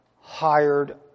hired